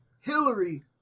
Hillary